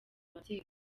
ababyeyi